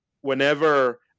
whenever